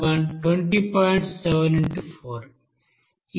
8 కిలోలకు సమానం